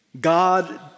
God